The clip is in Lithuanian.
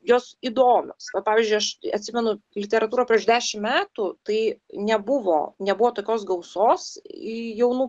jos įdomios pavyzdžiui aš atsimenu literatūra prieš dešim metų tai nebuvo nebuvo tokios gausos jaunų